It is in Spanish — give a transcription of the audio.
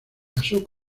casó